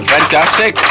Fantastic